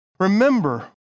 Remember